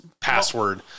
password